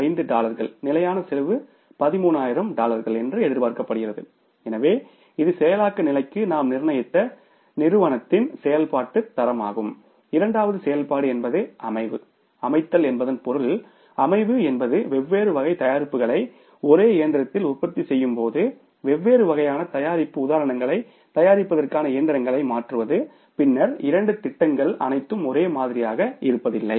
5 டாலர்கள் நிலையான செலவு 13000 டாலர்கள் என்று எதிர்பார்க்கப்படுகிறது எனவே இது செயலாக்க நிலைக்கு நாம் நிர்ணயித்த நிறுவனத்திலன் செயல்பாட்டு தரமாகும் இரண்டாவது செயல்பாடு என்பது அமைவு அமைத்தல் என்பதன் பொருள் அமைவு என்பது வெவ்வேறு வகை தயாரிப்புகளை ஒரே இயந்திரத்தில் உற்பத்தி செய்யும் போது வெவ்வேறு வகையான தயாரிப்பு உதாரணங்களைத் தயாரிப்பதற்கான இயந்திரங்களை மாற்றுவது பின்னர் இரண்டு திட்டங்கள் அனைத்தும் ஒரே மாதிரியாக இருப்பதில்லை